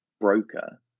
broker